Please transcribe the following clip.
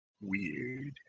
weird